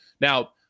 Now